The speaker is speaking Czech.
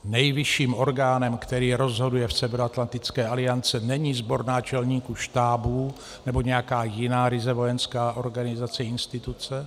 Nejvyšším orgánem, který rozhoduje v Severoatlantické alianci, není sbor náčelníků štábů nebo nějaká jiná ryze vojenská organizace, instituce.